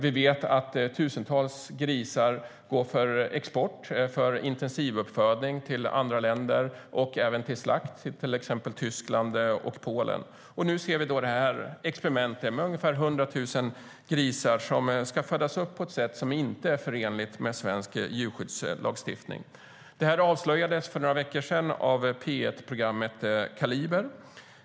Vi vet att tusentals grisar går till export för intensivuppfödning i andra länder och även till slakt, till exempel i Tyskland och Polen. Nu ser vi alltså det här experimentet med ungefär 100 000 grisar som ska födas upp på ett sätt som inte är förenligt med svensk djurskyddslagstiftning. Detta avslöjades för några veckor sedan av P1-programmet Kaliber.